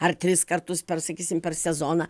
ar tris kartus per sakysim per sezoną